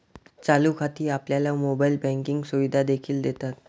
चालू खाती आपल्याला मोबाइल बँकिंग सुविधा देखील देतात